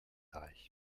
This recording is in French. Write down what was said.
arrêts